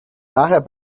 nachher